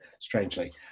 Strangely